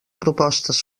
propostes